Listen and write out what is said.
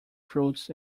fruits